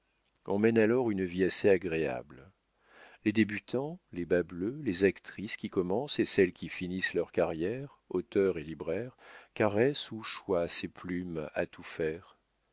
on mène alors une vie assez agréable les débutants les bas bleus les actrices qui commencent et celles qui finissent leur carrière auteurs et libraires caressent ou choyent ces plumes à tout faire